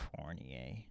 Fournier